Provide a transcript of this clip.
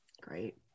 Great